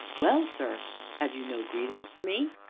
well, sir have you no greeting for me?